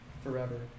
forever